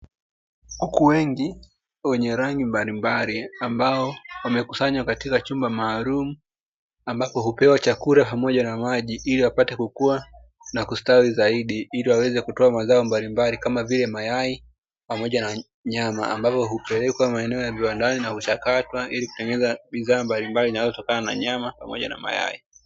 Kuku wengi wenye rangi mbalimbali ambao wamekusanywa katika chumba maalumu ambapo hupewa chakula pamoja na maji ili wapate kukua na kustawi zaidi ili waweze kutoa mazao mbalimbali kama, vile mayai pamoja na nyama ambavyo hupelekwa maeneo ya kiwandani ili kuchakatwa ili kutengeneza bidhaa mbalimbali inayotokana na nyama pamoja na mayai.